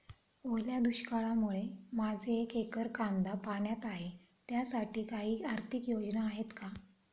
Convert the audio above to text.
ओल्या दुष्काळामुळे माझे एक एकर कांदा पाण्यात आहे त्यासाठी काही आर्थिक योजना आहेत का?